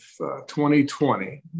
2020